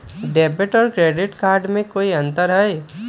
Debit और credit card में कई अंतर हई?